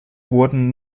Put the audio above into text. wurden